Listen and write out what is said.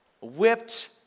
whipped